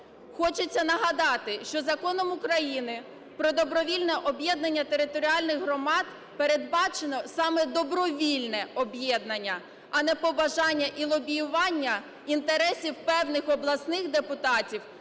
Хочеться нагадати, що Законом України "Про добровільне об'єднання територіальних громад" передбачено саме добровільне об'єднання, а не побажання і лобіювання інтересів певних обласних депутатів